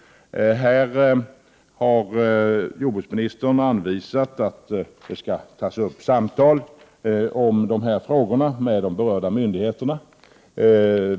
Jordbruksministern har här aviserat att det skall tas upp samtal om de här frågorna med de berörda myndigheterna.